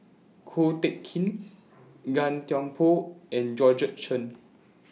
Ko Teck Kin Gan Thiam Poh and Georgette Chen